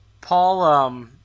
Paul